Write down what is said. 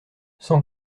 sans